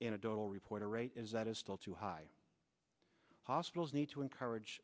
in a dual report a rate is that is still too high hospitals need to encourage